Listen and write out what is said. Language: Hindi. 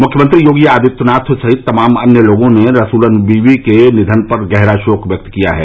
मुख्यमंत्री योगी आदित्यनाथ सहित तमाम अन्य लोगों ने रसूलन बीबी के निधन पर गहरा शोक व्यक्त किया है